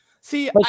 See